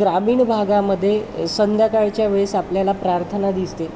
ग्रामीण भागामध्ये संध्याकाळच्या वेळेस आपल्याला प्रार्थना दिसते